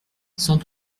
cent